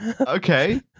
Okay